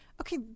okay